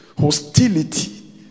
hostility